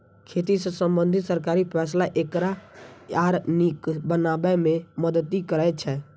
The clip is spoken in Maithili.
खेती सं संबंधित सरकारी फैसला एकरा आर नीक बनाबै मे मदति करै छै